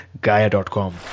Gaia.com